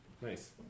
Nice